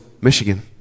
Michigan